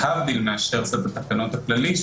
להבדיל מאשר סט התקנות הכללי,